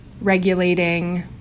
regulating